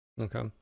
Okay